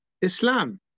Islam